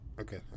Okay